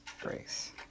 Grace